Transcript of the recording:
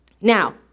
Now